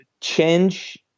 Change